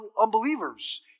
unbelievers